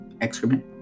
excrement